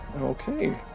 Okay